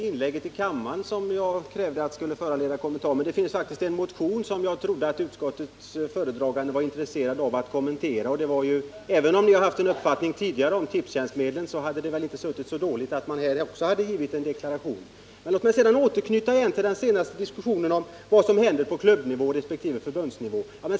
Herr talman! Det var i och för sig inte mitt inlägg i kammaren som jag syftade på. Det har faktiskt väckts en motion, som jag trodde att utskottets talesman var intresserad av att kommentera. Även om ni tidigare givit uttryck för en uppfattning om Tipstjänstmedlen, hade det väl inte varit ur vägen att också i detta sammanhang ge en deklaration om detta. Låt mig sedan återknyta till vad som händer på klubbnivå resp. på förbundsnivå!